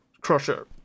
crusher